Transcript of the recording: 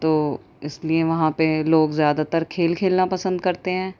تو اس لیے وہاں پہ لوگ زیادہ تر کھیل کھیلنا پسند کرتے ہیں